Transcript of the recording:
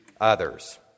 others